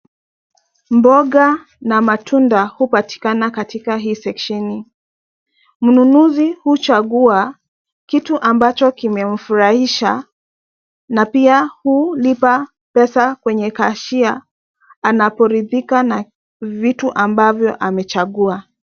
Mboga na matunda hupatikana katika hii seksheni . Mnunuzi huchagua kitu ambacho kimemfurahisha na pia hulipa pesa kwenye cashier anaporithika na vitu ambavyo amechagua.